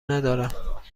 ندارم